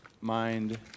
mind